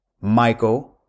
Michael